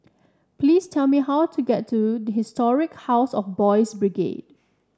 please tell me how to get to Historic House of Boys' Brigade